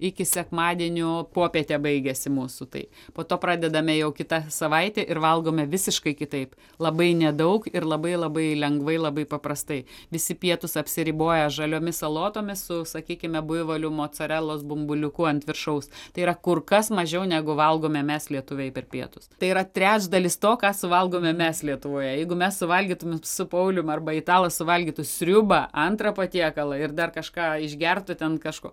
iki sekmadienio popiete baigiasi mūsų tai po to pradedame jau kitą savaitę ir valgome visiškai kitaip labai nedaug ir labai labai lengvai labai paprastai visi pietūs apsiriboja žaliomis salotomis su sakykimebuivolių mocarelos bumbuliuku ant viršaus tai yra kur kas mažiau negu valgome mes lietuviai per pietus tai yra trečdalis to ką suvalgome mes lietuvoje jeigu mes valgytumėm su paulium arba italas valgytų sriubą antrą patiekalą ir dar kažką išgertų ten kažko